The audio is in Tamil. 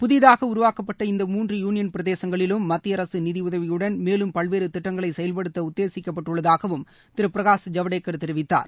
புதிதாக உருவாக்கப்பட்ட இந்த மூன்று யூனியன் பிரதேசங்களிலும் மத்திய அரசு நிதியுதவியுடன் மேலும் பல்வேறு திட்டங்களை செயல்படுத்த உத்தேசிக்கப்பட்டுள்ளதாகவும் திரு பிரகாஷ் ஜவடேக்கர் தெரிவித்தார்